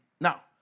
Now